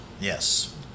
Yes